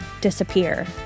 disappear